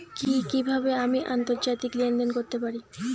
কি কিভাবে আমি আন্তর্জাতিক লেনদেন করতে পারি?